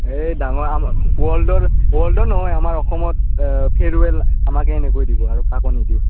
এই ডাঙৰ ৱৰ্ল্ডৰ ৱৰ্ল্ডৰ নহয় আমাৰ অসমত ফেয়াৰৱেল আমাকে এনেকৈ দিব আৰু কাকো নিদিয়ে